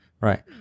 Right